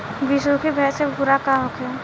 बिसुखी भैंस के खुराक का होखे?